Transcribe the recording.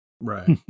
Right